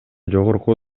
жогорку